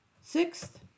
Sixth